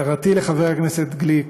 הערתי לחבר הכנסת גליק,